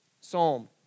Psalm